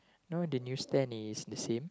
no the news stand is the same